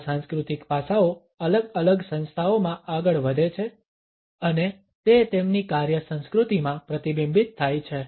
આ સાંસ્કૃતિક પાસાઓ અલગ અલગ સંસ્થાઓમાં આગળ વધે છે અને તે તેમની કાર્ય સંસ્કૃતિમાં પ્રતિબિંબિત થાય છે